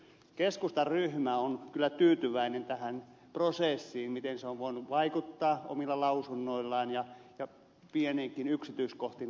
keskustan ryhmä on kyllä tähän prosessiin tyytyväinen miten se on voinut vaikuttaa omilla lausunnoillaan pieniinkin yksityiskohtiin tässä loppuvaiheessa